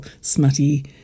smutty